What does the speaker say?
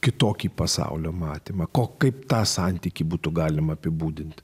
kitokį pasaulio matymą ko kaip tą santykį būtų galima apibūdinti